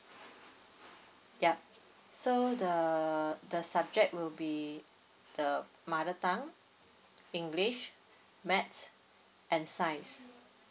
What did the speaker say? yup so the the subject will be the mother tongue english maths and science